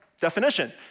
definition